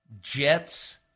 Jets